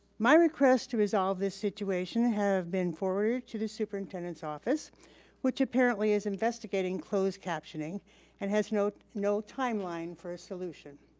my request to resolve this situation have been forwarded to the superintendent's office which apparently is investigating closed captioning and has no no timeline for a solution.